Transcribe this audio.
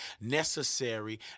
necessary